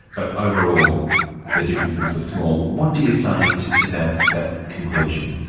but overall the differences were small. what do you say to to that. that conclusion?